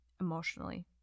emotionally